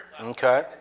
Okay